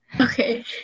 Okay